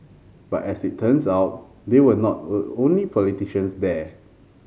but as it turns out they were not only politicians there